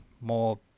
more